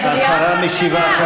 השרה משיבה.